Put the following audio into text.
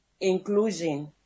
inclusion